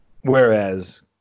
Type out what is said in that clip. Whereas